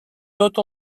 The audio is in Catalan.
tot